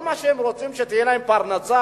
וכל מה שהם רוצים שתהיה להם פרנסה?